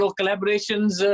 collaborations